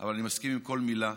אבל אני מסכים עם כל מילה.